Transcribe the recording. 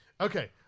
Okay